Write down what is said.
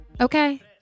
Okay